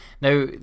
Now